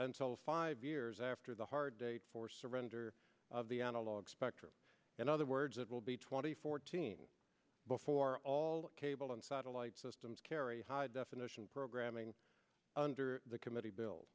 signals five years after the hard date for surrender of the analog spectrum and other words it will be twenty fourteen before all the cable and satellite systems carry high definition programming under the committee bil